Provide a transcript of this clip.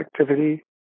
activity